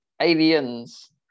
aliens